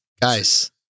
Guys